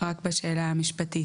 זה רק בשאלה המשפטית.